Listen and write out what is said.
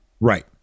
Right